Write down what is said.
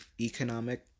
economic